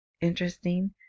interesting